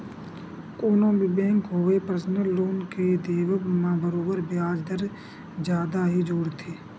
कोनो भी बेंक होवय परसनल लोन के देवब म बरोबर बियाज दर जादा ही जोड़थे